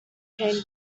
cane